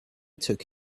took